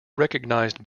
recognised